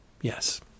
Yes